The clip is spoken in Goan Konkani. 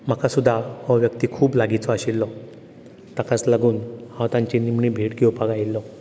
म्हाका सुद्दां हो व्यक्ती खूब लागींचो आशिल्लो ताकाच लागून हांव तांचें निमणी भेट घेवपाक आयिल्लो